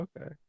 Okay